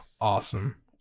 Awesome